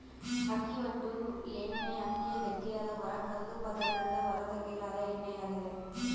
ಅಕ್ಕಿ ಹೊಟ್ಟು ಎಣ್ಣೆಅಕ್ಕಿಯ ಗಟ್ಟಿಯಾದ ಹೊರ ಕಂದು ಪದರದಿಂದ ಹೊರತೆಗೆಯಲಾದ ಎಣ್ಣೆಯಾಗಿದೆ